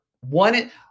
one